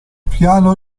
piano